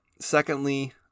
Secondly